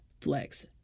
flex